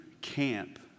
camp